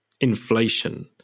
inflation